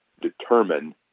determine